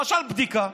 למשל בדיקה,